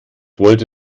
wollte